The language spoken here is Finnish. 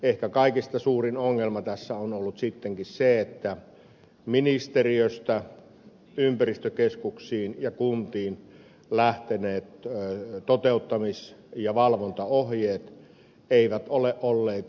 ehkä kaikista suurin ongelma tässä on ollut sittenkin se että ministeriöstä ympäristökeskuksiin ja kuntiin lähteneet toteuttamis ja valvontaohjeet eivät ole olleet riittävän selviä